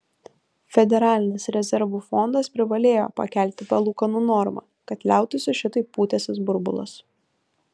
federalinis rezervų fondas privalėjo pakelti palūkanų normą kad liautųsi šitaip pūtęsis burbulas